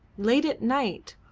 late at night,